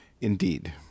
Indeed